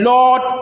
Lord